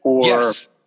Yes